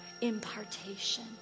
impartation